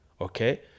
Okay